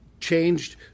changed